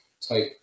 type